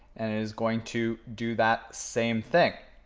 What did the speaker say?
and it is going to do that same thing.